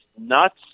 nuts